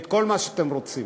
את כל מה שאתם רוצים.